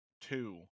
two